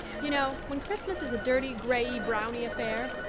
you know, when christmas is a dirty grayey-browney affair,